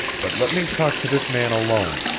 but let me talk to this man alone.